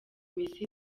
messi